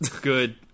good